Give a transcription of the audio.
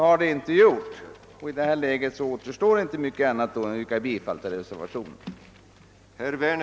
I det läget återstår då inte mycket annat än att yrka bifall till reservationen.